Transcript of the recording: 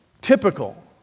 Typical